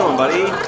um buddy?